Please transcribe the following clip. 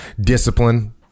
discipline